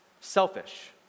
selfish